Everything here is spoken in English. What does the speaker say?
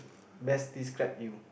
best describe you